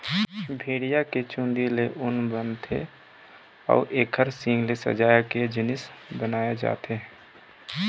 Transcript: भेड़िया के चूंदी ले ऊन बनथे अउ एखर सींग ले सजाए के जिनिस बनाए जाथे